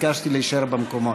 ביקשתי להישאר במקומות.